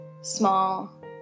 small